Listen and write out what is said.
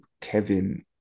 Kevin